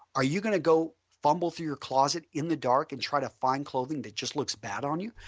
are you going to go fumble through your closet in the dark and try to find clothing that just looks bad on you.